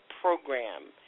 program